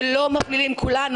שלא נותנים כולנו,